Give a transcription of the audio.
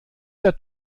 der